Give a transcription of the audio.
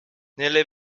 nele